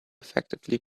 effectively